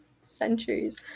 centuries